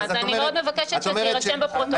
אז אני מאוד מבקשת שזה יירשם בפרוטוקול.